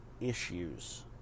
issues